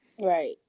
right